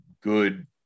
good